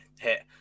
hit